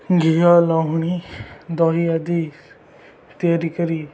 ଘିଆ ଲହୁଣୀ ଦହି ଆଦି ତିଆରି କରି